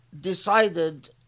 decided